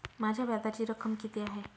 माझ्या व्याजाची रक्कम किती आहे?